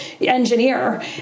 engineer